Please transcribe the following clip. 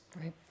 Right